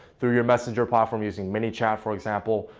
through your messenger platform using minichat for example,